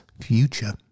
future